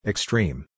Extreme